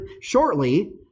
shortly